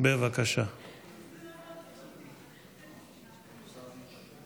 בשם שר המשפטים.